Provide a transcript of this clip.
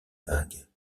vagues